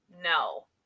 no